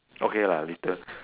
okay lah litter